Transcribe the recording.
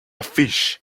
fish